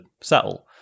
settle